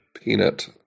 peanut